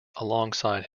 alongside